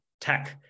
tech